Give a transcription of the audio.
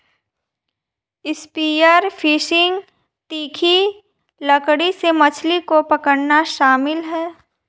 spear fishing तीखी लकड़ी से मछली को पकड़ना शामिल है